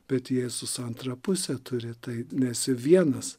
bet jėzus antrą pusę turi tai nesi vienas